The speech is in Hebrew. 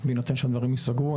בהינתן שהדברים ייסגרו,